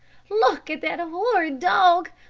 look at that horrid dog!